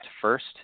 first